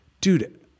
dude